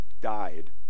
died